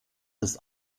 des